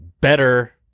better